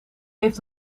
heeft